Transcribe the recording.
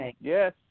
Yes